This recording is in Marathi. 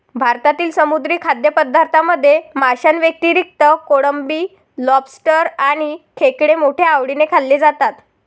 भारतातील समुद्री खाद्यपदार्थांमध्ये माशांव्यतिरिक्त कोळंबी, लॉबस्टर आणि खेकडे मोठ्या आवडीने खाल्ले जातात